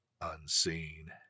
unseen